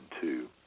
two